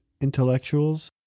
intellectuals